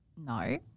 no